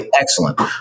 excellent